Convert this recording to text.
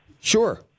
Sure